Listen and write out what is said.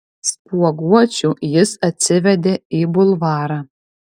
spuoguočių jis atsivedė į bulvarą